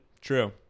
True